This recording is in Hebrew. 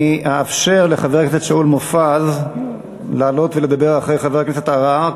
אני אאפשר לחבר הכנסת שאול מופז לעלות ולדבר אחרי חבר הכנסת אבו עראר,